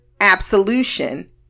absolution